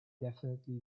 definitely